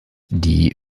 die